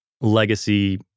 legacy